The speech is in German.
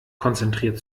konzentriert